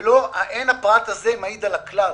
ואין הפרט הזה מעיד על הכלל.